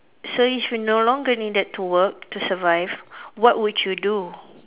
so if you no longer needed to work to survive what would you do